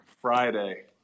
Friday